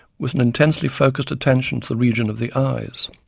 with an intensely focused attention to the region of the eyes.